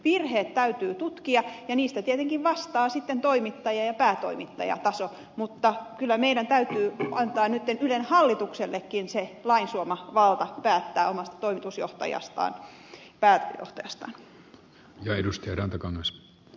virheet täytyy tutkia ja niistä tietenkin vastaa sitten toimittaja ja päätoimittajataso mutta kyllä meidän täytyy antaa nyt ylen hallituksellekin se lain suoma valta päättää omasta toimitusjohtajastaan pääjohtajastaan